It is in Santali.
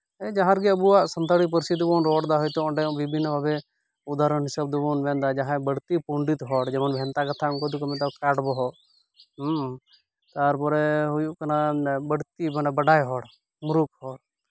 ᱡᱟᱦᱟᱸ ᱨᱮᱜᱮ ᱟᱵᱚᱣᱟᱜ ᱥᱟᱱᱛᱟᱲᱤ ᱯᱟᱨᱥᱤ ᱛᱮᱵᱚᱱ ᱨᱚᱲᱫᱟ ᱦᱳᱭᱛᱳ ᱚᱸᱰᱮ ᱵᱤᱵᱷᱤᱱᱱᱚ ᱵᱷᱟᱵᱮ ᱩᱫᱟᱦᱚᱨᱚᱱ ᱦᱤᱥᱟᱹᱵ ᱛᱮᱵᱚᱱ ᱢᱮᱱᱫᱟ ᱡᱟᱦᱟᱸᱭ ᱵᱟᱹᱲᱛᱤ ᱯᱚᱱᱰᱤᱛ ᱦᱚᱲ ᱡᱮᱢᱚᱱ ᱵᱷᱮᱱᱛᱟ ᱠᱟᱛᱷᱟ ᱩᱱᱠᱩ ᱫᱚᱠᱚ ᱢᱮᱛᱟᱜᱼᱟ ᱠᱟᱴᱷ ᱵᱚᱦᱚᱜ ᱛᱟᱨᱯᱚᱨᱮ ᱦᱩᱭᱩᱜ ᱠᱟᱱᱟ ᱵᱟᱹᱲᱛᱤ ᱢᱟᱱᱮ ᱵᱟᱰᱟᱭ ᱦᱚᱲ ᱢᱩᱨᱩᱠᱷ ᱦᱚᱲ